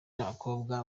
n’abakobwa